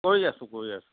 কৰি আছোঁ কৰি আছোঁ